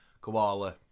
Koala